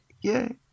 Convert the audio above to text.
Yay